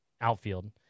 outfield